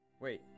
Wait